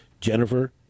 Jennifer